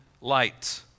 light